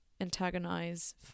antagonize